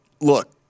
look